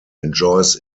enjoys